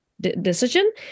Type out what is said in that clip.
decision